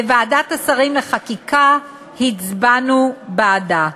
בוועדת השרים לחקיקה הצבענו בעדה.